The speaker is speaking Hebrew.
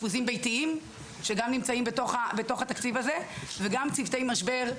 ביתיים, שגם נמצאים בתקציב הזה, וגם צוותי משבר,